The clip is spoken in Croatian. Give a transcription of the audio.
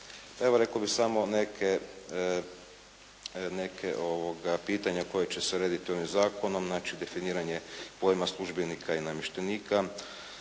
Evo rekao bih samo neke pitanja koja će se urediti ovim zakonom, znači definiranje pojma službenika i namještenika,